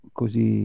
così